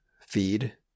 feed